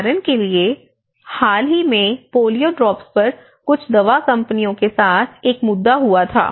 उदाहरण के लिए हाल ही में पोलियो ड्रॉप्स पर कुछ दवा कंपनियों के साथ एक मुद्दा हुआ था